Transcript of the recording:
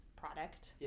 product